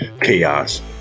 chaos